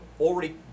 already